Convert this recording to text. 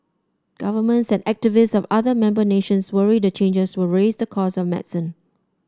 governments and activists of other member nations worry the changes will raise the cost of medicine